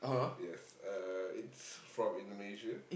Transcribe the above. yes uh it's from Indonesia